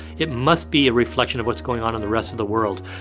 it must be a reflection of what's going on in the rest of the world.